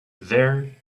there